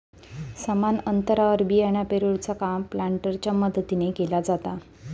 समान अंतरावर बियाणा पेरूचा काम प्लांटरच्या मदतीने केला जाता